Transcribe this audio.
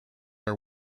are